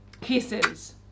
kisses